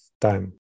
time